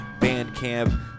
Bandcamp